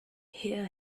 hear